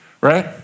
right